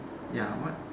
ya what